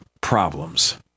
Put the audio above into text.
problems